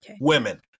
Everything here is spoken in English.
women